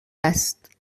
است